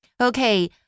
Okay